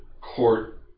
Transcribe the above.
court